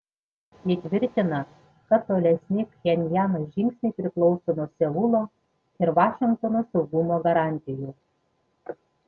ji tvirtina kad tolesni pchenjano žingsniai priklauso nuo seulo ir vašingtono saugumo garantijų